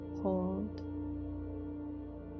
hold